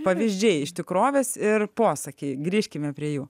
pavyzdžiai iš tikrovės ir posakį grįžkime prie jų